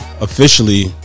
officially